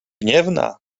gniewna